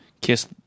kiss